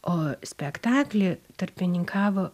o spektaklį tarpininkavo